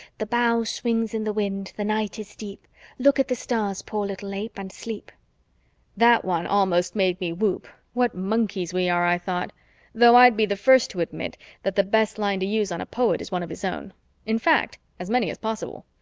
the bough swings in the wind, the night is deep look at the stars, poor little ape, and sleep that one almost made me whoop what monkeys we are, i thought though i'd be the first to admit that the best line to use on a poet is one of his own in fact, as many as possible.